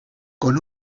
con